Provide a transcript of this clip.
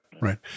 right